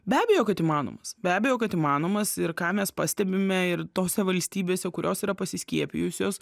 be abejo kad įmanomas be abejo kad įmanomas ir ką mes pastebime ir tose valstybėse kurios yra pasiskiepijusios